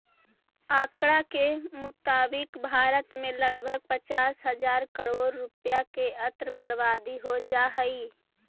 आँकड़ा के मुताबिक भारत में लगभग पचास हजार करोड़ रुपया के अन्न बर्बाद हो जा हइ